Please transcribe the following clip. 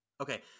Okay